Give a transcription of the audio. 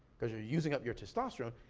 cause you're using up your testosterone,